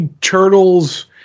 turtles